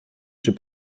czy